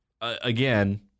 Again